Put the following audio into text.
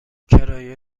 کرایه